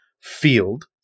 field